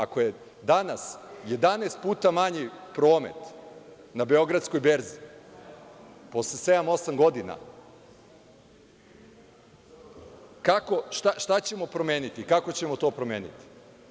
Ako je danas 11 puta manji promet na Beogradskoj berzi, posle sedam, osam godina, šta ćemo promeniti, kako ćemo to promeniti?